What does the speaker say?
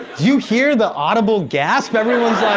you hear the audible gasp? everyone's